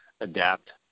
adapt